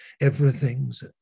everything's